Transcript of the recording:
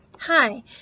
Hi